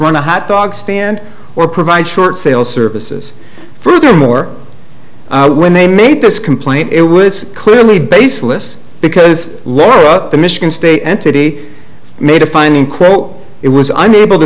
run a hot dog stand or provide short sale services furthermore when they made this complaint it was clearly baseless because the michigan state entity made a finding quote it was unable to